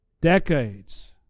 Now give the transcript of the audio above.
decades